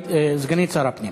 סגנית שר הפנים.